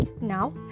Now